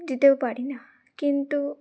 দিতেও পারি না কিন্তু